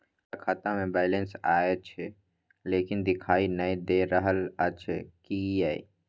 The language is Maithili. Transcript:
हमरा खाता में बैलेंस अएछ लेकिन देखाई नय दे रहल अएछ, किये?